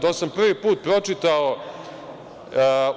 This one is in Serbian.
To sam prvi put pročitao